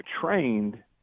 trained